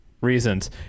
Reasons